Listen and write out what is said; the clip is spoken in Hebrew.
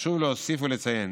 חשוב להוסיף ולציין